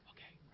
Okay